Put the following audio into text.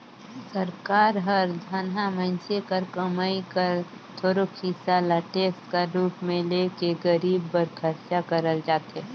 सरकार हर धनहा मइनसे कर कमई कर थोरोक हिसा ल टेक्स कर रूप में ले के गरीब बर खरचा करल जाथे